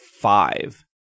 five